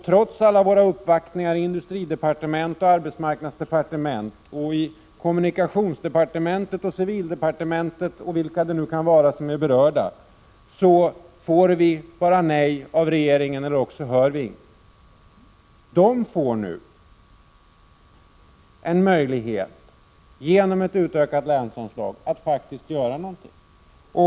Trots alla uppvaktningar i industridepartementet, arbetsmarknadsdepartementet, kommunikationsdepartementet, civildepartementet och vilka det nu kan vara som är berörda, får vi bara nej av regeringen eller också hör vi ingenting. Genom ett utökat länsanslag får de nu möjlighet att faktiskt göra något.